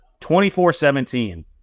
24-17